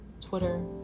Twitter